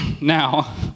now